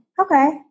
Okay